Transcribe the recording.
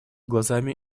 глазами